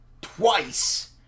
twice